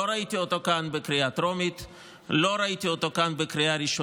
לא ראיתי אותו כאן בקריאה טרומית,